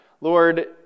Lord